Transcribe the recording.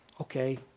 Okay